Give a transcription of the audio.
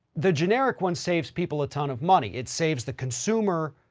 the generic one saves people a ton of money. it saves the consumer,